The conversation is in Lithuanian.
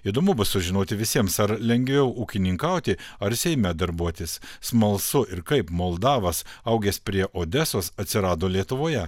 įdomu bus sužinoti visiems ar lengviau ūkininkauti ar seime darbuotis smalsu ir kaip moldavas augęs prie odesos atsirado lietuvoje